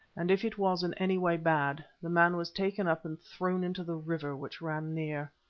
and if it was in any way bad, the man was taken up and thrown into the river which ran near.